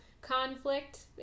conflict